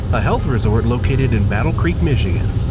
a health resort located in battle creek, michigan,